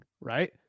right